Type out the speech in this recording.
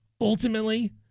ultimately